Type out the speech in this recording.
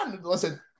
Listen